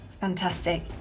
Fantastic